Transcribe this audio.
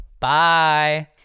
Bye